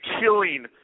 killing